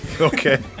Okay